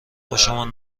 خوشمان